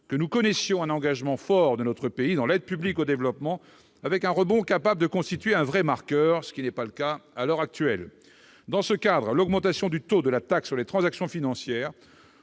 et le paludisme, un engagement fort de notre pays dans l'aide publique au développement, avec un rebond capable de constituer un véritable marqueur, ce qui n'est pas le cas à l'heure actuelle, aurait été bienvenu. Dans ce cadre, l'augmentation du taux de la taxe sur les transactions financières